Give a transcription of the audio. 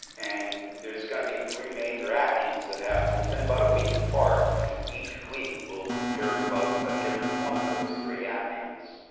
and there's gonna be three major actions that happen within about a week apart, and each week we'll hear about a different one of those three actions.